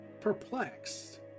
perplexed